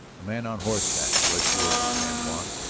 a man on horseback rushed word to san juan,